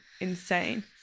insane